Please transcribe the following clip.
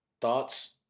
thoughts